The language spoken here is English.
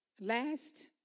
Last